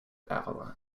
avalon